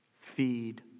feed